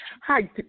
Hi